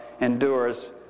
endures